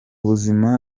buzima